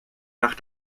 nach